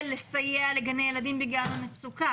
ולסייע לגני ילדים בגלל המצוקה.